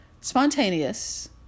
spontaneous